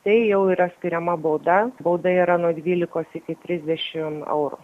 tai jau yra skiriama bauda bauda yra nuo dvylikos iki trisdešim eurų